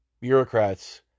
bureaucrats